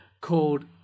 called